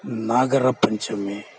Nagara Panchami